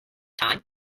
time